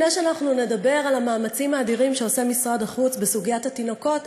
לפני שאנחנו נדבר על המאמצים האדירים שעושה משרד החוץ בסוגיית התינוקות,